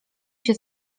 się